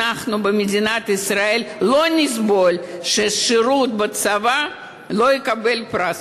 אנחנו במדינת ישראל לא נסבול ששירות בצבא לא יקבל פרס.